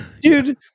dude